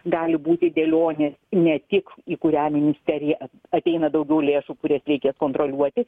gali būti dėlionė ne tik į kurią ministeriją at ateina daugiau lėšų kurias reikia kontroliuoti